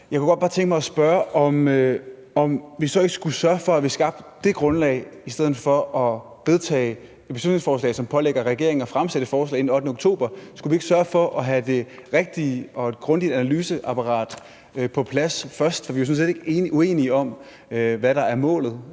Jeg kunne bare godt tænke mig at spørge, om vi så ikke skulle sørge for, at vi skabte det grundlag i stedet for at vedtage et beslutningsforslag, som pålægger regeringen at fremsætte et forslag inden den 8. oktober. Skulle vi ikke sørge for at have det rigtige og et grundigt analyseapparat på plads først? For vi er jo sådan set ikke uenige om, hvad der er målet,